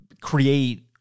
create